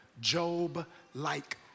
Job-like